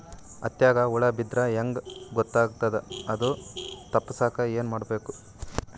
ಹತ್ತಿಗ ಹುಳ ಬಿದ್ದ್ರಾ ಹೆಂಗ್ ಗೊತ್ತಾಗ್ತದ ಅದು ತಪ್ಪಸಕ್ಕ್ ಏನ್ ಮಾಡಬೇಕು?